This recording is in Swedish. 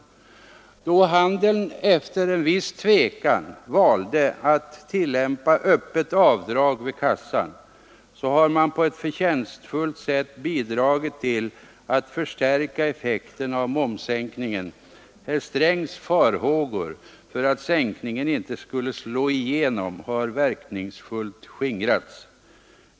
Sedan handeln efter en viss tvekan valt att tillämpa öppet avdrag vid kassan har man på ett förtjänstfullt sätt bidragit till att förstärka effekten av momssänkningen. Herr Strängs farhågor för att sänkningen inte skulle slå igenom har verkningsfullt skingrats.